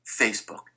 Facebook